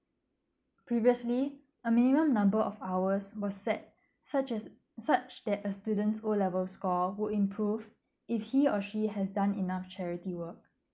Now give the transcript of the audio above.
previously a minimum number of hours was set such as such that a student o-level score would improve if he or she has done enough charity work